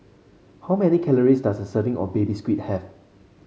how many calories does a serving of Baby Squid have